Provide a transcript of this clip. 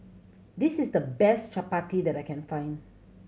this is the best Chapati that I can find